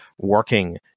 working